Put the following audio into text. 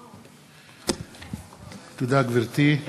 תודה, גברתי.